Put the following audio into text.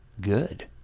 good